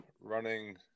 running